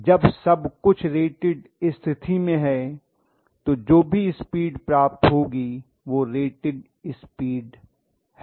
जब सब कुछ रेटेड स्थिति में है तो जो भी स्पीड प्राप्त होगी वह रेटेड स्पीड है